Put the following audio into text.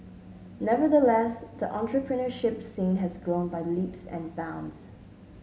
nevertheless the entrepreneurship scene has grown by leaps and bounds